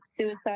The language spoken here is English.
suicide